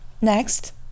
next